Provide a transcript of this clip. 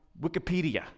Wikipedia